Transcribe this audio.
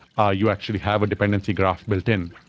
ah you actually have a dependency graph built in.